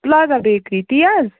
plaza bakery تی حظ